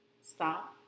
stop